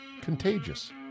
Contagious